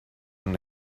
una